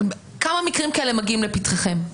כמה מקרים כאלה מגיעים לפתחכם?